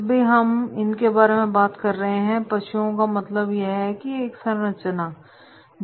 जब भी हम सब इनके बारे में बात कर रहे हैं पशुओं का मतलब है एक संरचना करना